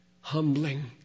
humbling